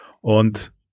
Und